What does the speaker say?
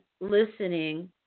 listening